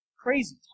crazy